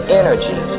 energy